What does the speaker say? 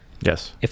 Yes